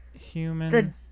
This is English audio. human